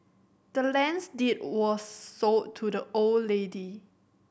the land's deed was sold to the old lady